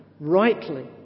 Rightly